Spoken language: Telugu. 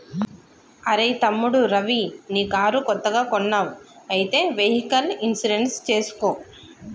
అరెయ్ తమ్ముడు రవి నీ కారు కొత్తగా కొన్నావ్ అయితే వెహికల్ ఇన్సూరెన్స్ చేసుకో